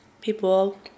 people